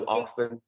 often